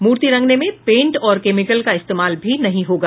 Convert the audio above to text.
मूर्ति रंगने में पेंट और केमिकल का इस्तेमाल भी नहीं होगा